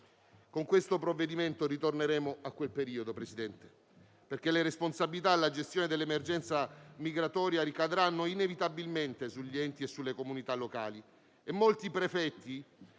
Con questo provvedimento ritorneremo a quel periodo, signor Presidente, perché le responsabilità nella gestione dell'emergenza migratoria ricadranno inevitabilmente sugli enti e sulle comunità locali